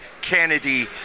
Kennedy